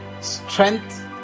strength